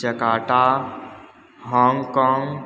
Jakarta Hong Kong